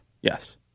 Yes